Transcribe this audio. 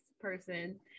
person